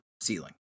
ceiling